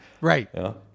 right